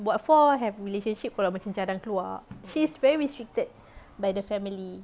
what for have relationship kalau macam jarang keluar she's very restricted by the family